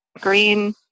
green